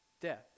death